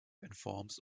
informs